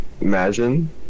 imagine